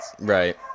Right